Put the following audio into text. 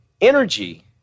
energy